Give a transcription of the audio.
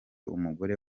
umugore